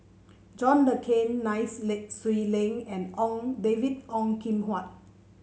John Le Cain Nai Swee Leng and Ong David Ong Kim Huat